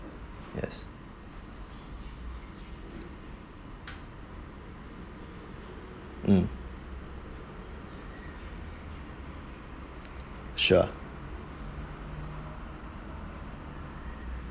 yes mm sure